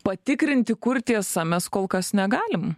patikrinti kur tiesa mes kol kas negalim